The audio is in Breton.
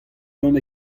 gant